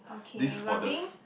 okay we're being